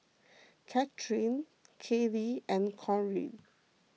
Catherine Kayli and Cori